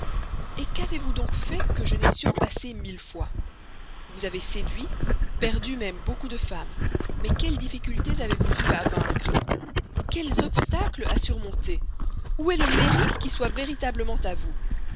et qu'avez-vous donc fait que je n'aie surpassé mille fois vous avez séduit perdu même beaucoup de femmes mais quelles difficultés avez-vous eues à vaincre quels obstacles à surmonter où est là le mérite qui soit véritablement à vous